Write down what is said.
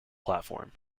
platform